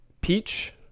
Peach